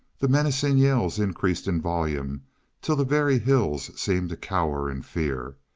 the menacing yells increased in volume till the very hills seemed to cower in fear.